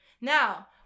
Now